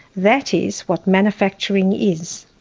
that is what manufacturing is.